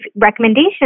recommendations